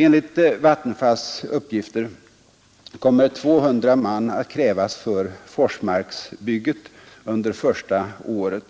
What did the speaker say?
Enligt Vattenfalls uppgifter kommer 200 man att krävas för Forsmarksbygget under första året.